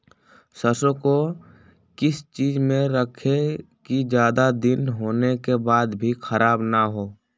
सरसो को किस चीज में रखे की ज्यादा दिन होने के बाद भी ख़राब ना हो?